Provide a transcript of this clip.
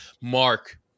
Mark